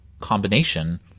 combination